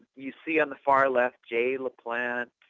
you see in the far left jay laplante.